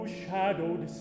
shadowed